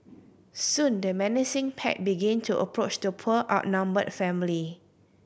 soon the menacing pack begin to approach the poor outnumbered family